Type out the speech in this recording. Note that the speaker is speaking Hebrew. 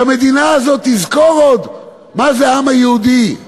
שהמדינה הזאת תזכור עוד מה זה העם היהודי.